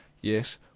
Yes